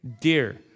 Dear